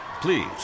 Please